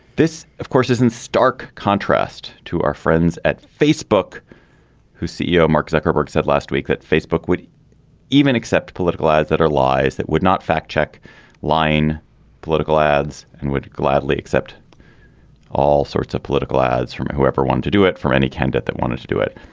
this of course is in stark contrast to our friends at facebook whose ceo mark zuckerberg said last week that facebook would even accept political ads that are lies that would not fact check line political ads and would gladly accept all sorts of political ads from whoever want to do it for any candidate that wanted to do it.